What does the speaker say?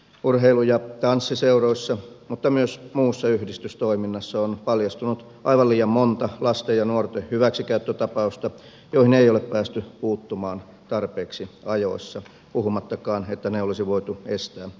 urheilu ja tanssiseuroissa mutta myös muussa yhdistystoiminnassa on paljastunut aivan liian monta lasten ja nuorten hyväksikäyttötapausta joihin ei ole päästy puuttumaan tarpeeksi ajoissa puhumattakaan että ne olisi voitu estää kokonaan